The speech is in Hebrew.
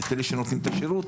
את אלה שנותנים את השירות?